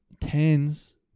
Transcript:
Tens